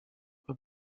when